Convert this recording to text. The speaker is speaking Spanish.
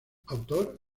autor